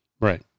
Right